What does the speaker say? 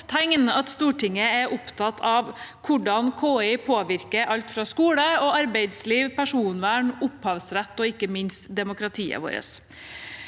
tegn at Stortinget er opptatt av hvordan KI påvirker alt fra skole og arbeidsliv til personvern, opphavsrett og ikke minst demokratiet vårt.